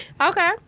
Okay